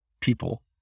people